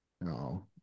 No